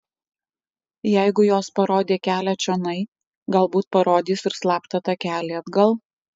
jeigu jos parodė kelią čionai galbūt parodys ir slaptą takelį atgal